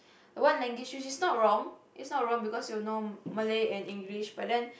one language which is not wrong it's not wrong because you'll know Malay and English but then